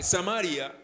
Samaria